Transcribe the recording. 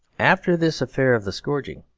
after this affair of the scourging,